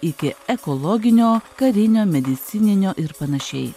iki ekologinio karinio medicininio ir panašiai